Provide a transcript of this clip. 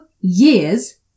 years